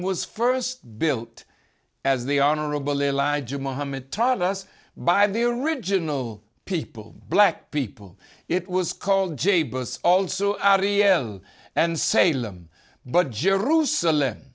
was first built as the honorable elijah mohammed taught us by the original people black people it was called j bus also audi l and salem but jerusalem